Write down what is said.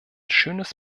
schönes